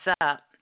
up